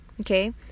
Okay